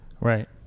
right